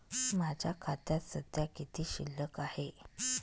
माझ्या खात्यात सध्या किती शिल्लक आहे?